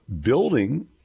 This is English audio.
building